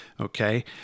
okay